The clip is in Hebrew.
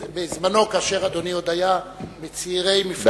בזמנו, כאשר אדוני עוד היה מצעירי מפלגתו.